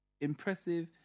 impressive